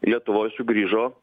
lietuvoj sugrįžo